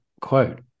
quote